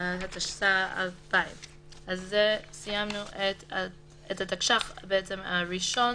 התשס"א 2000. סיימנו את התקש"ח הראשון,